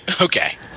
Okay